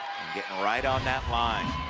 getting right on that line